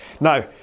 now